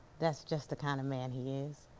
that's just the kind of man he is.